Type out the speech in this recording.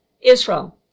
israel